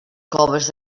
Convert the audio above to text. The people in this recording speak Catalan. coves